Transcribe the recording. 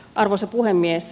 arvoisa puhemies